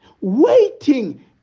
waiting